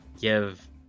give